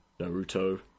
naruto